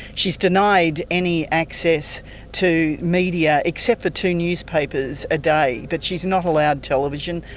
she is denied any access to media except for two newspapers a day, but she is not allowed television,